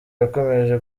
yakomeje